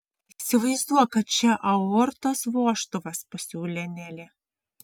įsivaizduok kad čia aortos vožtuvas pasiūlė nelė